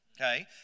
Okay